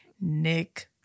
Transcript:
Nick